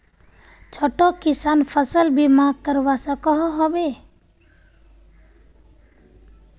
छोटो किसान फसल बीमा करवा सकोहो होबे?